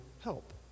help